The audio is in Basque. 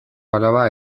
alaba